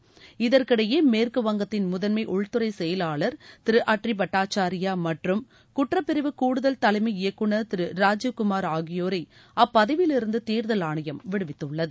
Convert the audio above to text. குமார் இதற்கிடையே மேற்குவங்கத்தின் முதன்மை உள்துறை செயலாளர் திரு அட்ரி பட்டாச்சார்யா மற்றும் குற்றப்பிரிவு கூடுதல் தலைமை இயக்குநர் திரு ராஜீவ்குமார் ஆகியோரை அப்பதவியிலிருந்து தேர்தல் ஆணையம் விடுவித்துள்ளது